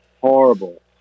horrible